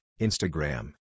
Instagram